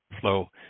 flow